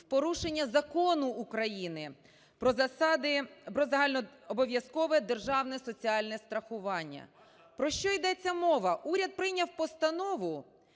в порушення Закону України про засади… "Про загальнообов'язкове державне соціальне страхування". Про що йдеться мова? Уряд прийняв постанову,